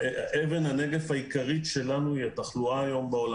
אבן הנגף העיקרית שלנו היא התחלואה בעולם.